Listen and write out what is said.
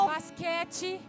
Basquete